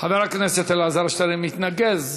חבר הכנסת אלעזר שטרן מתנגד,